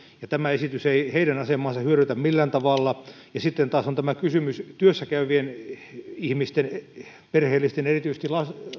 ja tämä esitys ei heidän asemaansa hyödytä millään tavalla sitten taas on tämä kysymys työssäkäyvien perheellisten ihmisten erityisesti